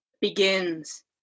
begins